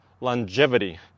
longevity